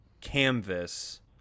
canvas